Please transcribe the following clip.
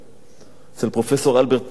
אצל פרופסור אלברט באומגרטן,